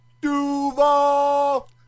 Duval